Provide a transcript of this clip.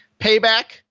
Payback